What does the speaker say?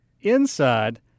inside